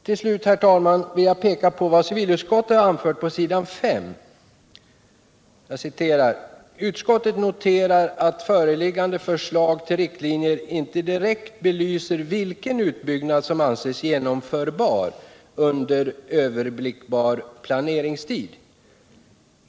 Till slut, herr talman, vill jag citera vad civilutskottet har anfört på s. 5: ”Utskottet noterar att föreliggande förslag till riktlinjer inte direkt belyser vilken utbyggnad som anses genomförbar under överblick bar planeringstid.